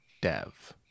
Dev